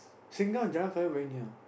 sengkang and Jalan-Kayu very near